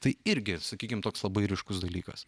tai irgi sakykim toks labai ryškus dalykas